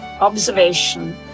observation